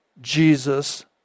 Jesus